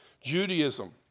Judaism